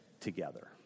together